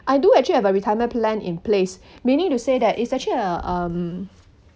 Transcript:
I do actually have a retirement plan in place meaning to say that it's actually uh um